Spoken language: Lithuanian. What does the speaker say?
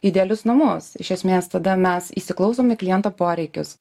idealius namus iš esmės tada mes įsiklausom į kliento poreikius